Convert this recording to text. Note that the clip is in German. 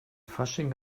fasching